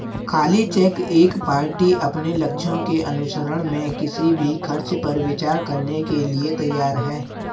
खाली चेक एक पार्टी अपने लक्ष्यों के अनुसरण में किसी भी खर्च पर विचार करने के लिए तैयार है